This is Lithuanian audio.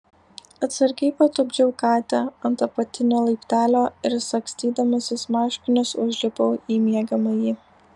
atsargiai patupdžiau katę ant apatinio laiptelio ir sagstydamasis marškinius užlipau į miegamąjį